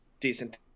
decent